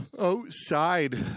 outside